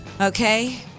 Okay